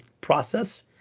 process